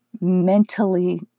mentally